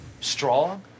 strong